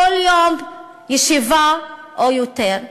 כל יום ישיבה או יותר,